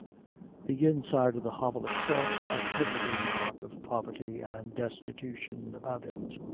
the inside of the hovel itself had every mark of poverty and destitution about it.